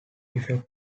effects